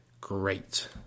great